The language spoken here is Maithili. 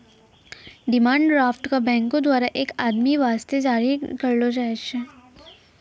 डिमांड ड्राफ्ट क बैंको द्वारा एक आदमी वास्ते जारी करलो जाय छै